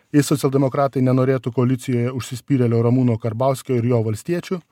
jei socialdemokratai nenorėtų koalicijoje užsispyrėlio ramūno karbauskio ir jo valstiečių